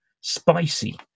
spicy